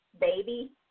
baby